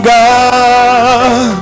God